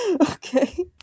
Okay